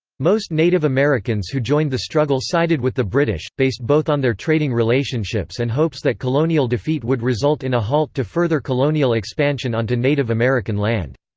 most native americans who joined the struggle sided with the british, based both on their trading relationships and hopes that colonial defeat would result in a halt to further colonial expansion onto native american land.